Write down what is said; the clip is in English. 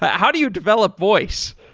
but how do you develop voice?